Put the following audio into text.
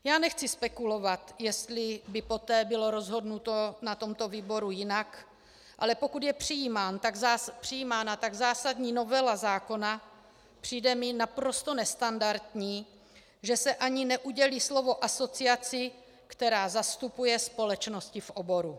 Já nechci spekulovat, jestli by poté bylo rozhodnuto na tomto výboru jinak, ale pokud je přijímána tak zásadní novela zákona, přijde mi naprosto nestandardní, že se ani neudělí slovo asociaci, která zastupuje společnosti v oboru.